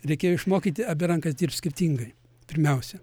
reikėjo išmokyti abi rankas dirbt skirtingai pirmiausia